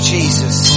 Jesus